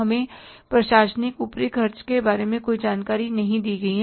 हमें प्रशासनिक ऊपरी खर्चे के बारे में कोई जानकारी नहीं दी गई है